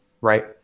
right